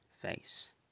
face